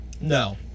No